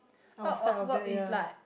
I'll side of that ya